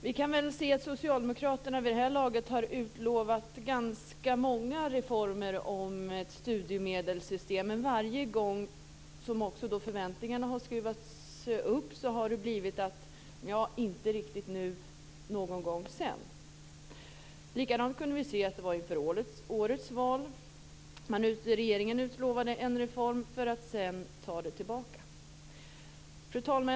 Vi kan se att socialdemokraterna vid det här laget har utlovat ganska många reformer om ett studiemedelssystem men att man varje gång, efter att förväntningarna har skruvats upp, har sagt att de inte kommer nu utan någon gång senare. Likadant kunde vi se att det var inför årets val. Regeringen utlovade en reform, för att sedan ta tillbaka det löftet. Fru talman!